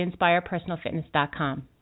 inspirepersonalfitness.com